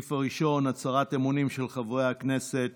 הסעיף הראשון, הצהרת אמונים של חברי הכנסת